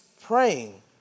praying